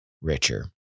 richer